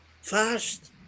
fast